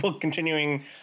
continuing